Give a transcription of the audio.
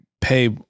pay